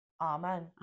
Amen